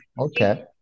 okay